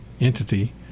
entity